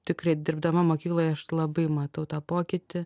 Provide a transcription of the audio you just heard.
tikrai dirbdama mokykloj aš labai matau tą pokytį